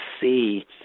see